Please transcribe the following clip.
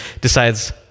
decides